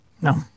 No